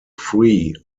free